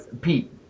Pete